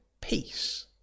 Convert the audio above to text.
peace